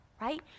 right